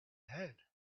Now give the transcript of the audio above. had